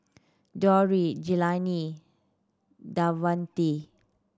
Dondre Jelani Davante